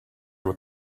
what